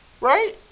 Right